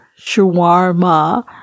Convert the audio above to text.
shawarma